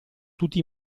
tutti